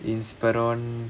Inspiron